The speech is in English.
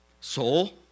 Soul